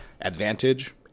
Advantage